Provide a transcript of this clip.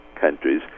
countries